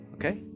Okay